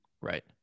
Right